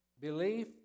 belief